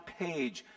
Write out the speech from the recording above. page